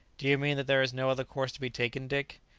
do you mean that there is no other course to be taken dick?